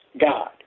God